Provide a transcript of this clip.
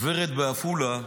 הגברת בעפולה,